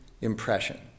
impression